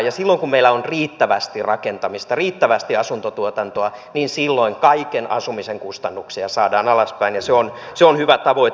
ja silloin kun meillä on riittävästi rakentamista riittävästi asuntotuotantoa niin silloin kaiken asumisen kustannuksia saadaan alaspäin ja se on hyvä tavoite